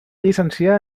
llicenciar